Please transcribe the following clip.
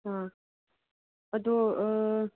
ꯑꯥ ꯑꯗꯣ